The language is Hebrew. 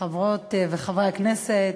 חברות וחברי הכנסת,